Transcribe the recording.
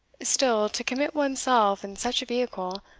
still, to commit one's self in such a vehicle,